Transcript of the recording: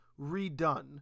redone